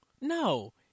No